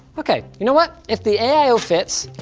okay, you know what? if the aio fits,